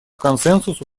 консенсусу